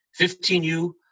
15U